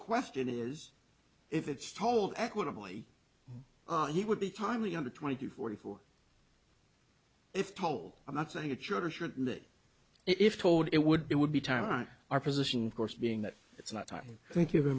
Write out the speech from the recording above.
question is if it's told equitably he would be timely under twenty to forty four if told i'm not saying it should or should that if told it would be it would be time our position course being that it's not time thank you very